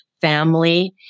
family